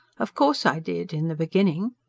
of course i did. in the beginning.